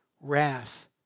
wrath